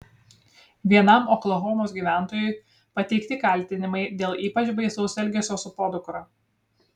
vienam oklahomos gyventojui pateikti kaltinimai dėl ypač baisaus elgesio su podukra